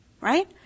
Right